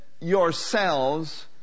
yourselves